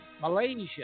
Malaysia